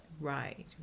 Right